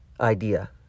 idea